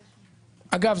אגב,